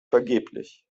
vergeblich